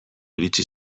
iritsi